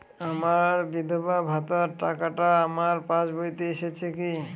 আমার বিধবা ভাতার টাকাটা আমার পাসবইতে এসেছে কি?